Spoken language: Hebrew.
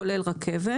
כולל רכבת.